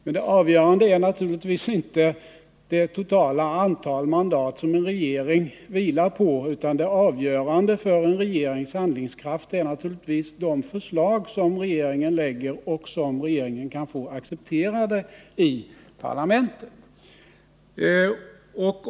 Men det avgörande är naturligtvis inte det totala antal mandat som en regering vilar på, utan det avgörande för en regerings handlingskraft är de förslag som regeringen lägger fram och som regeringen kan få accepterade i parlamentet.